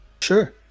sure